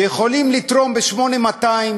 שיכולים לתרום ב-8200,